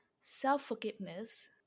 self-forgiveness